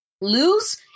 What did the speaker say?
lose